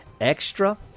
extra